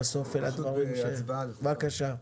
בבקשה.